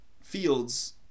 Fields